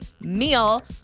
meal